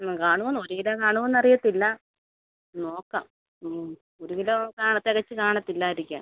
മ് കാണുമോന്ന് ഒര് കിലൊ കാണുമോന്ന് അറിയത്തില്ല നോക്കാം ഉം ഒര് കിലോ കാ തികച്ച് കാണത്തില്ലായിരിക്കും